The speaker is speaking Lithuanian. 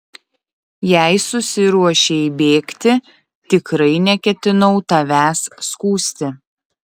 jei susiruošei bėgti tikrai neketinau tavęs skųsti